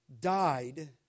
Died